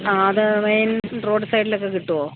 ആ അത് മെയിൻ റോഡ്സൈഡിൽ ഒക്കെ കിട്ടുമോ